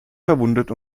verwundet